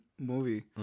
movie